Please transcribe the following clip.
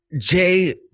Jay